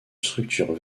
structure